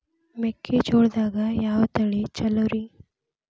ಮೆಕ್ಕಿಜೋಳದಾಗ ಯಾವ ತಳಿ ಛಲೋರಿ?